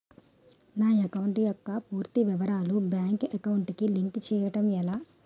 నా అకౌంట్ యెక్క పూర్తి వివరాలు బ్యాంక్ అకౌంట్ కి లింక్ చేయడం ఎలా?